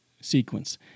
sequence